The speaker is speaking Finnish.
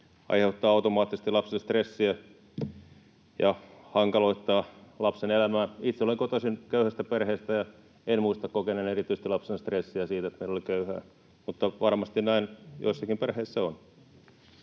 aiheuttaa automaattisesti lapsille stressiä ja hankaloittaa lapsen elämää. Itse olen kotoisin köyhästä perheestä, ja en muista kokeneeni lapsena erityisesti stressiä siitä, että meillä oli köyhää, mutta varmasti näin joissakin perheissä on.